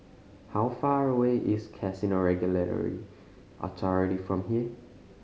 how far away is Casino Regulatory Authority from here